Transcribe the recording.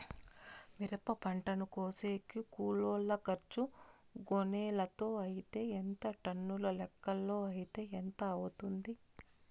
మిరప పంటను కోసేకి కూలోల్ల ఖర్చు గోనెలతో అయితే ఎంత టన్నుల లెక్కలో అయితే ఎంత అవుతుంది?